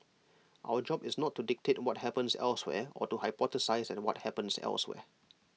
our job is not to dictate what happens elsewhere or to hypothesise what happens elsewhere